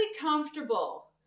comfortable